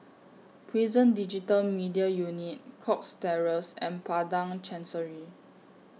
Prison Digital Media Unit Cox Terrace and Padang Chancery